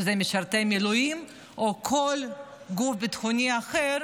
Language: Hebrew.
משרתי מילואים או כל גוף ביטחוני אחר